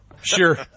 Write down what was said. Sure